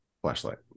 Flashlight